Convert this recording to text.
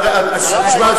שמע,